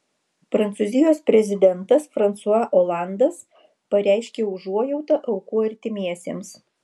prancūzijos prezidentas fransua olandas pareiškė užuojautą aukų artimiesiems